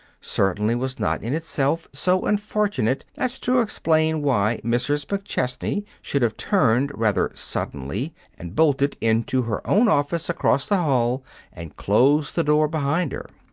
certainly was not in itself so unfortunate as to explain why mrs. mcchesney should have turned rather suddenly and bolted into her own office across the hall and closed the door behind her.